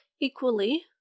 equally